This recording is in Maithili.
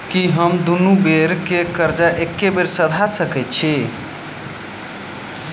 की हम दुनू बेर केँ कर्जा एके बेर सधा सकैत छी?